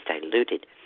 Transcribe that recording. diluted